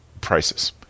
prices